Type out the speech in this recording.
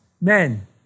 men